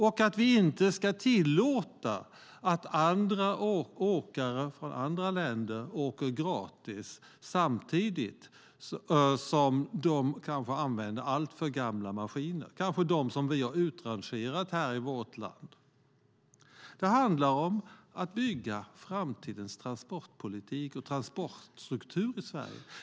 Vi ska inte tillåta att åkare från andra länder åker gratis om de använder alltför gamla maskiner, kanske de som vi har utrangerat i vårt land. Det handlar om att bygga framtidens transportpolitik och transportstruktur i Sverige.